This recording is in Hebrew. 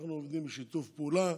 אנחנו עובדים בשיתוף פעולה,